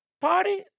party